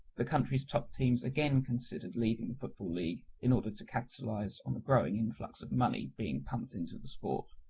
the country's top teams again considered leaving the football league in order to capitalise on the growing influx of money being pumped into the sport.